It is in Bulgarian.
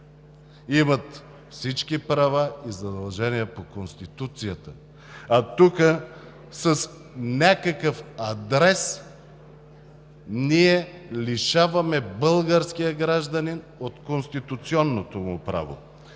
имат всички прави и задължения по Конституцията“. А тук с някакъв адрес ние лишаваме българския гражданин от конституционното му право.